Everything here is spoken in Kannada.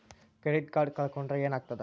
ಕ್ರೆಡಿಟ್ ಕಾರ್ಡ್ ಕಳ್ಕೊಂಡ್ರ್ ಏನಾಗ್ತದ?